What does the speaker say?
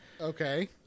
okay